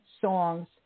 songs